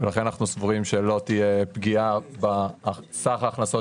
לכן אנחנו סבורים שלא תהיה פגיעה בסך ההכנסות